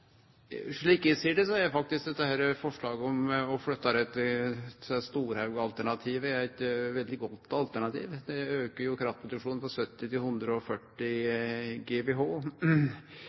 Slik eg ser det, er faktisk forslaget om å flytte inntaket til Storhaugen eit godt alternativ. Det aukar kraftproduksjonen frå 70 til 140 GWh.